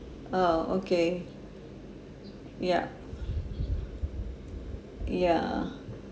oh okay ya ya